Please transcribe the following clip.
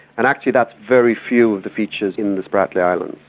and actually that's very few of the features in the spratly islands.